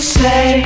say